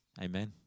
Amen